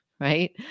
right